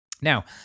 Now